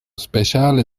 speciale